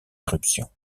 éruption